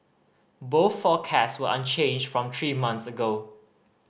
both forecast were unchanged from three months ago